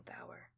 hour